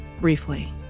briefly